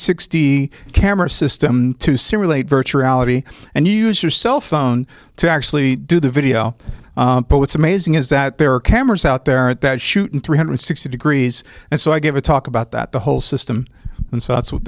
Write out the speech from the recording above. sixty camera system to simulate virtual reality and you use your cell phone to actually do the video but what's amazing is that there are cameras out there at that shoot in three hundred sixty degrees and so i gave a talk about that the whole system and so that's what